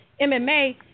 MMA